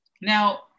now